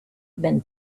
been